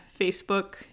Facebook